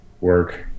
work